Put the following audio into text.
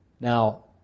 Now